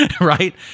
right